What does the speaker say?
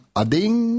ading